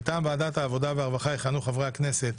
מטעם ועדת העבודה והרווחה יכהנו חברי הכנסת: